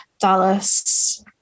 Dallas